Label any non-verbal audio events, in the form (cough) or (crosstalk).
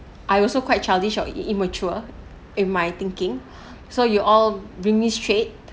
I also quite childish or immature in my thinking (breath) so you all bring me straight